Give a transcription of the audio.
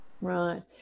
Right